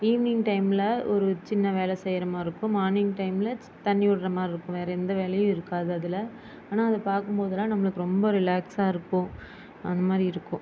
evening டைமில் ஒரு சின்ன வேலை செய்கிற மாதிரி இருக்கும் மார்னிங் டைமில் தண்ணி விடுற மாதிரி இருக்கும் வேறு எந்த வேலையும் இருக்காது அதில் ஆனால் அது பார்க்கும்போதெல்லாம் நம்மளுக்கு ரொம்ப ரிலாக்ஸாக இருக்கும் அந்த மாதிரி இருக்கும்